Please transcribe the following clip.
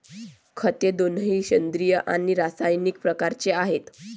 खते दोन्ही सेंद्रिय आणि रासायनिक प्रकारचे आहेत